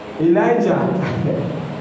Elijah